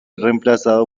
reemplazado